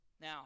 Now